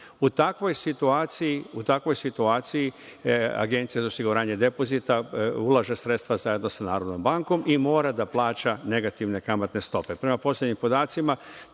u takvoj situaciji Agencija za osiguranje depozita ulaže sredstva zajedno sa NBS i mora da plaća negativne kamatne stope. Prema